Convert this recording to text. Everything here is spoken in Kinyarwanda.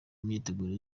myiteguro